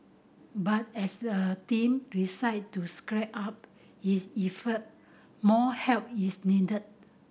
but as the team decide to scrip up it effort more help is needed